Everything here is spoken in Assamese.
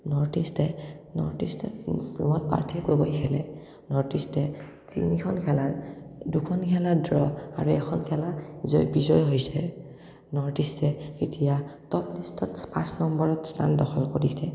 নৰ্থ ইষ্টে নৰ্থ ইষ্টে বহুত পাৰ্থিৱ গগৈয়ে খেলে নৰ্থ ইষ্টে তিনিখন খেলাৰ দুখন খেলাত ড্ৰ আৰু এখন খেলা জয় বিজয় হৈছে নৰ্থ ইষ্টে এতিয়া টপ লিষ্টত পাঁচ নম্বৰত স্থান দখল কৰিছে